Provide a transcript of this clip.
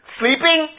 sleeping